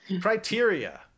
Criteria